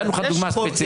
נתנו לך דוגמה ספציפית.